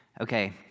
Okay